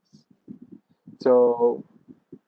s~ so